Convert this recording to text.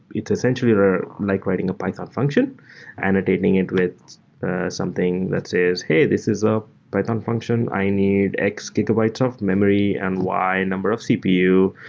it's essentially like writing a python function and adding into it something that says, hey, this is a python function. i need x-gigabytes of memory and y number of cpu,